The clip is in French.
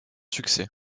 succès